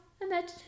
Imagine